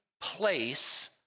place